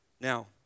Now